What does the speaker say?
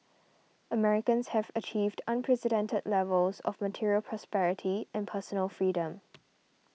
Americans have achieved unprecedented levels of material prosperity and personal freedom